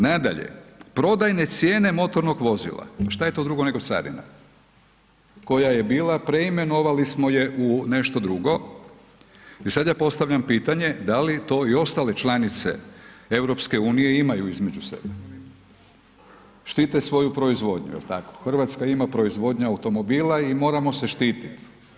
Nadalje, prodajne cijene motornog vozila, pa šta je to drugo nego carina koja je bila, preimenovali smo je u nešto drugo i sad ja postavljam pitanje da li to i ostale članice EU imaju između sebe, štite svoju proizvodnju jel tako, RH ima proizvodnju automobila i moramo se štitit.